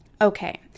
Okay